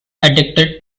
addicted